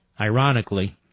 ironically